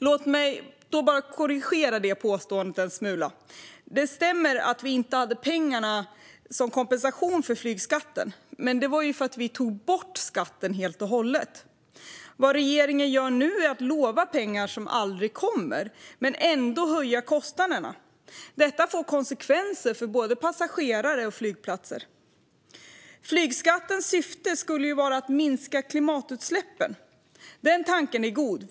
Låt mig då bara korrigera det påståendet en smula. Det stämmer att vi inte hade med pengarna som kompensation för flygskatten, men det var ju för att vi tog bort skatten helt och hållet. Vad regeringen gör nu är att lova pengar som aldrig kommer men ändå höja kostnaderna. Detta får konsekvenser för både passagerare och flygplatser. Flygskattens syfte skulle vara att minska klimatutsläppen. Den tanken är god.